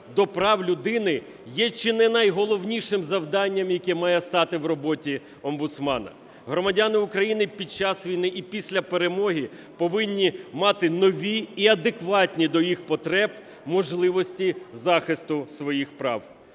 до прав людини є чи не найголовнішим завданням, яке має стати в роботі омбудсмена. Громадяни України під час війни і після перемоги повинні мати нові і адекватні до їх потреб можливості захисту своїх прав.